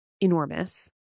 enormous